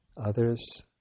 others